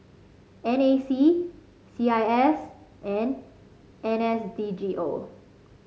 N A C C I S and N S D G O